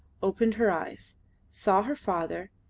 opened her eyes saw her father,